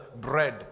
bread